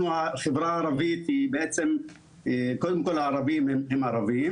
החברה הערבית וקודם כל הערבים הם ערבים,